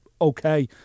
okay